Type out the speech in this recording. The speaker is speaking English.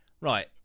Right